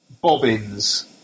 bobbins